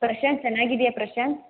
ಪ್ರಶಾಂತ್ ಚೆನ್ನಾಗಿದ್ಯಾ ಪ್ರಶಾಂತ್